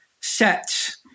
sets